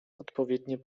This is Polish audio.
odpowiednie